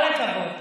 כל הכבוד.